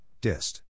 dist